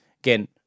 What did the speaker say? Again